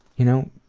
you know,